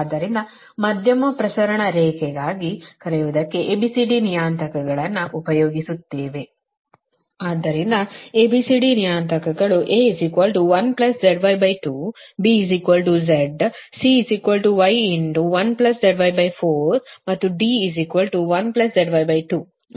ಆದ್ದರಿಂದ A B C D ನಿಯತಾಂಕಗಳು A 1ZY 2 B Z C Y1ZY 4ಮತ್ತು D 1ZY 2 ಮತ್ತೊಮ್ಮೆ A 1ZY 2